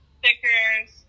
stickers